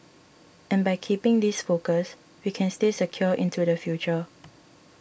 and by keeping this focus we can stay secure into the future